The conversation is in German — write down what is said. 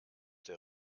der